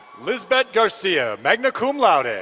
lisbet garcia, magna cum laude.